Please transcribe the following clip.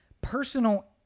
personal